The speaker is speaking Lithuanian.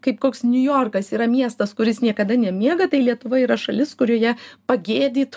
kaip koks niujorkas yra miestas kuris niekada nemiega tai lietuva yra šalis kurioje pagėdyt